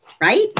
Right